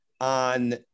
on